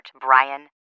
Brian